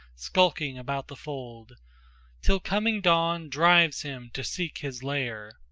skulking about the fold till coming dawn drives him to seek his lair.